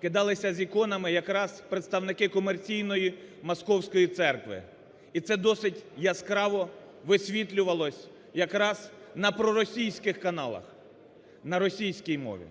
кидалися з іконами якраз представники комерційної московської церкви. І це досить яскраво висвітлювалось якраз на проросійських каналах, на російській мові.